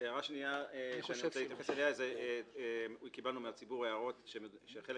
הערה שנייה קיבלנו מהציבור הערות שחלק